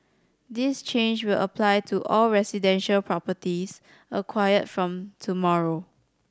this change will apply to all residential properties acquired from tomorrow